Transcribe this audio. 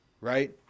right